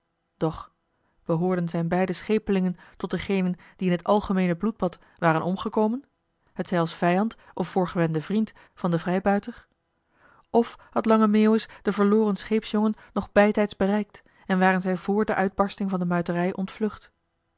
doch behoorden zijn beide schepelingen tot degenen die in het algemeene bloedbad waren omgekomen hetzij als vijand of voorgewende vriend van den vrijbuiter of had lange meeuwis den verloren scheepsjongen nog bijtijds bereikt en waren zij vr de uitbarsting van de muiterij ontvlucht